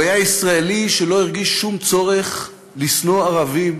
הוא היה ישראלי שלא הרגיש שום צורך לשנוא ערבים